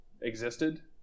existed